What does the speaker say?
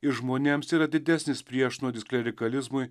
ir žmonėms yra didesnis priešnuodis klerikalizmui